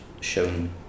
shown